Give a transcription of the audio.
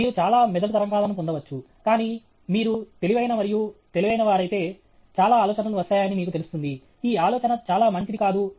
మీరు చాలా మెదడు తరంగాలను పొందవచ్చు కానీ మీరు తెలివైన మరియు తెలివైనవారైతే చాలా ఆలోచనలు వస్తాయని మీకు తెలుస్తుంది ఈ ఆలోచన చాలా మంచిది కాదు